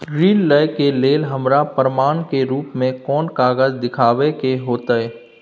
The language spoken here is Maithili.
ऋण लय के लेल हमरा प्रमाण के रूप में कोन कागज़ दिखाबै के होतय?